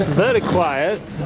very quiet!